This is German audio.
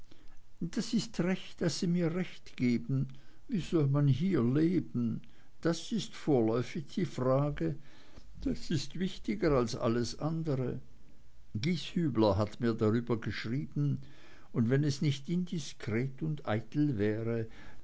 das ist recht daß sie mir recht geben wie soll man hier leben das ist vorläufig die frage das ist wichtiger als alles andere gieshübler hat mir darüber geschrieben und wenn es nicht indiskret und eitel wäre